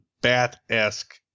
Bat-esque